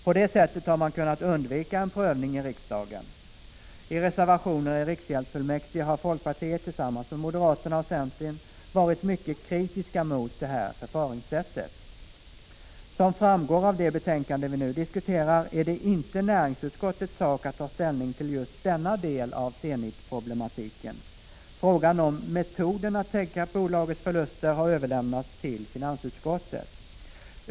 På det sättet har man kunnat undvika en prövning i riksdagen. I reservationer i riksgäldsfullmäktige har folkpartiet tillsammans med moderaterna och centern varit mycket kritiska mot det förfaringssättet. Som framgår av det betänkande som vi nu diskuterar är det inte näringsutskottets sak att ta ställning till just denna del av Zenit-problematiken. Frågan om metoden att täcka bolagets förluster har överlämnats till finansutskottet.